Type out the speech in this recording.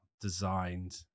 designed